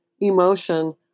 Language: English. emotion